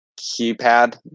keypad